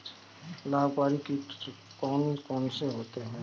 लाभकारी कीट कौन कौन से होते हैं?